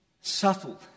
subtle